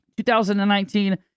2019